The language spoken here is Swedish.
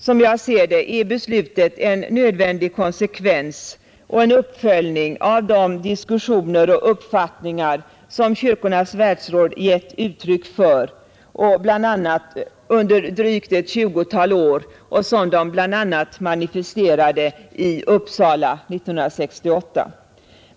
Som jag ser det är beslutet en nödvändig konsekvens och en uppföljning av de diskussioner och uppfattningar som Kyrkornas världsråd gett uttryck för under drygt ett tjugotal år och som man bl.a. manifesterade i Uppsala 1968.